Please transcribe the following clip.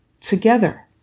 together